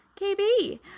KB